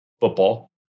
football